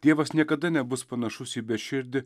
dievas niekada nebus panašus į beširdį